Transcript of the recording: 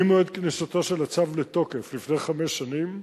ממועד כניסתו של הצו לתוקף, לפני חמש שנים,